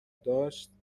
داشت